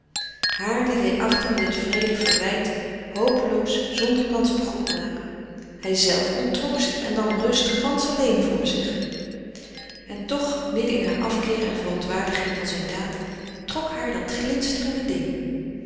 liet hij achter met het wreede verwijt hopeloos zonder kans op goedmaken hij zelf onttrok zich en nam rust gansch alleen voor zich en toch midden in haar afkeer en verontwaardiging van zijn daad trok haar dat glinsterende ding